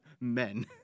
men